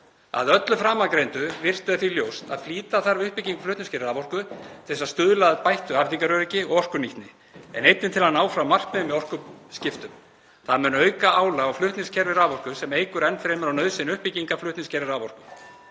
Að öllu framangreindu virtu er því ljóst að flýta þarf uppbyggingu flutningskerfis raforku til þess að stuðla að bættu afhendingaröryggi og orkunýtni en einnig til að ná fram markmiðum í orkuskiptum. Það mun auka álag á flutningskerfi raforku sem eykur enn fremur á nauðsyn uppbyggingar flutningskerfis raforku.